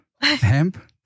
hemp